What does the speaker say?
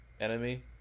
enemy